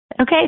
Okay